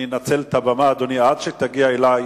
אני אנצל את הבמה, אדוני, עד שתגיע אלי,